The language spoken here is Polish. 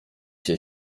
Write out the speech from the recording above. się